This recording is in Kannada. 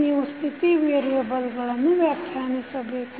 ನೀವು ಸ್ಥಿತಿ ವೇರಿಯೆಬಲ್ಗಳನ್ನು ವ್ಯಾಖ್ಯಾನಿಸಬೇಕು